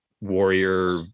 warrior